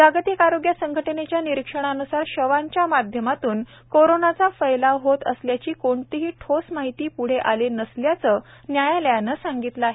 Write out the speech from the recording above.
जागतिक आरोग्य संघटनेच्या निरीक्षणान्सार शवांच्या माध्यमातून कोरोनाचा फैलाव होत असल्याची कोणतीही ठोस माहिती प्ढे आले नसल्याच न्यायालयानं सांगितलं आहे